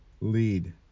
lead